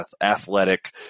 athletic